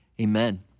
Amen